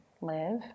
live